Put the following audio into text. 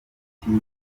hagati